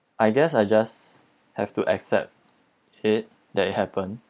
I guess I just have to accept it that it happened